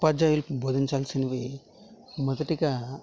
ఉపాధ్యాయులు భోదించాల్సినవి మొదటిగా